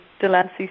Delancey